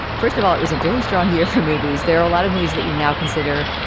first of all, it was a very strong year for movies. there are a lot of movies that we now consider,